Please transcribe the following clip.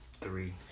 three